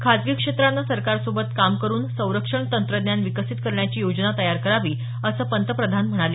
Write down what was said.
खासगी क्षेत्रानं सरकारसोबत काम करुन संरक्षण तंत्रज्ञान विकसित करण्याची योजना तयार करावी असं पंतप्रधान यावेळी म्हणाले